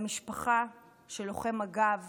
למשפחה של לוחם מג"ב